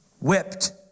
whipped